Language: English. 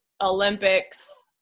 olympics